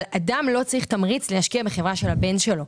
אבל אדם לא צריך תמריץ להשקיע בחברה של הבן שלו,